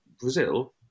Brazil